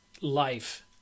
life